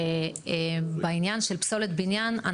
שבעניין של פסולת בניין,